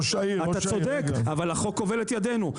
אתה צודק אבל החוק כובל את ידינו,